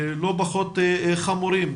לא פחות חמורים,